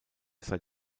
seit